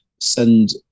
send